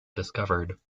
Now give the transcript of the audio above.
discovered